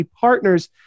partners